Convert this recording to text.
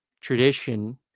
tradition